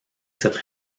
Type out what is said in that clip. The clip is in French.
cette